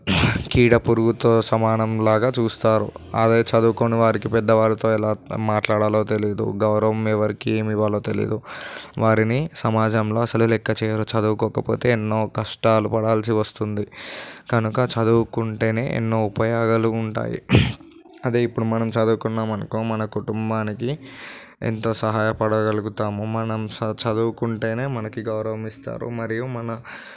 కీడ పురుగుతో సమానంగా చూస్తారు అదే చదువుకోని వారికి పెద్దవారితో ఎలా మాట్లాడాలో తెలియదు గౌరవం ఎవరికి ఏమి ఇవ్వాలో తెలియదు వారిని సమాజంలో అసలు లెక్క చేయరు చదువుకోకపోతే ఎన్నో కష్టాలు పడాల్సి వస్తుంది కనుక చదువుకుంటేనే ఎన్నో ఉపయోగాలు ఉంటాయి అదే ఇప్పుడు మనం చదువుకున్నామనుకో మన కుటుంబానికి ఎంతో సహాయ పడగలుగుతాము మనం చదు చదువుకుంటేనే మనకి గౌరవం ఇస్తారు మరియు మన